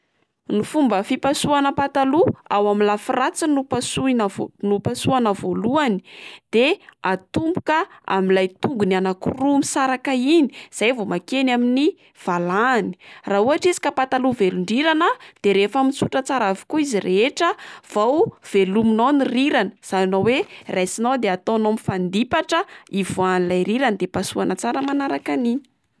Ny fomba fipasohana pataloha ao amin'ny lafy ratsiny no pasohina pasohana voalohany de atomboka amin'ilay tongony anaky roa misaraka iny zay vao makeny amin'ny valahany, raha ohatra izy ka pataloha velon-drirana de rehefa mitsotra tsara avokoa izy rehetra vao velominao ny riranay, izany hoe raisinao de ataonao mifandipatra hivoahan'ilay rirany de pasohana tsara manaraka an'iny.